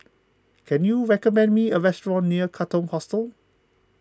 can you recommend me a restaurant near Katong Hostel